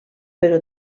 però